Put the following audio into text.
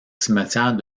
cimetière